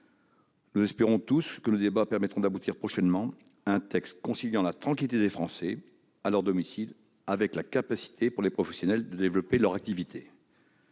Nous espérons tous que nos débats permettront d'aboutir prochainement à un texte conciliant la tranquillité des Français à leur domicile avec la possibilité, pour les professionnels, de développer leur activité.